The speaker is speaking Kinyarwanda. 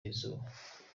y’izuba